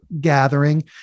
gathering